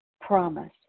promise